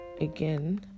Again